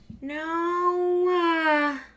No